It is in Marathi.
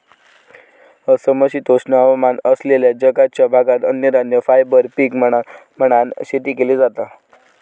समशीतोष्ण हवामान असलेल्या जगाच्या भागात अन्नधान्य, फायबर पीक म्हणान शेती केली जाता